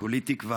כולי תקווה.